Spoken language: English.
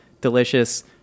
delicious